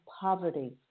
poverty